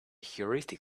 heuristic